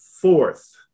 fourth